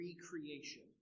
recreation